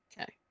Okay